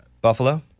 Buffalo